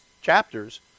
chapters